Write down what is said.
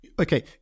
Okay